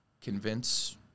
convince